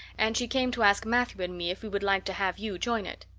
and she came to ask matthew and me if we would like to have you join it.